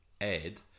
Ed